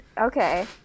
Okay